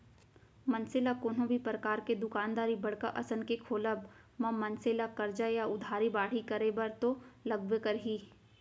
मनसे ल कोनो भी परकार के दुकानदारी बड़का असन के खोलब म मनसे ला करजा या उधारी बाड़ही करे बर तो लगबे करही